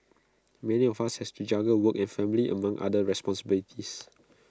many of us has to juggle work and family among other responsibilities